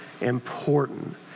important